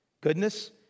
goodness